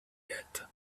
yet